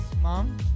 Mom